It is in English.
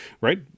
right